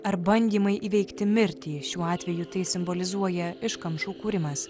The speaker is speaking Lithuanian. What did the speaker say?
ar bandymai įveikti mirtį šiuo atveju tai simbolizuoja iškamšų kūrimas